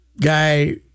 guy